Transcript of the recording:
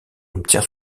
obtient